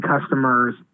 customers